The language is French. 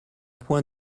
point